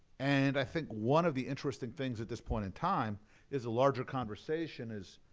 and i think one of the interesting things at this point in time is the larger conversation is,